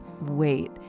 Wait